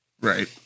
Right